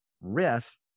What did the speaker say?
Riff